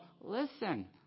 listen